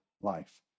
life